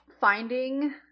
finding